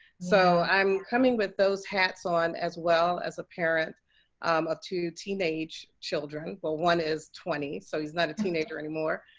so i'm coming with those hats on as well as a parent of two teenage children. well, one is twenty, so he's not a teenager anymore.